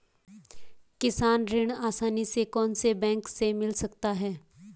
किसान ऋण आसानी से कौनसे बैंक से मिल सकता है?